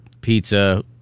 pizza